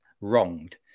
wronged